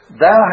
Thou